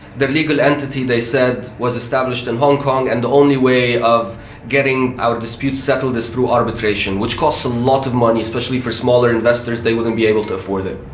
the legal entity they said was established in hong kong and the only way of getting our dispute settled was through arbitration, which costs a lot of money, especially for smaller investors, they wouldn't be able to afford it.